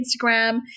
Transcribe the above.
Instagram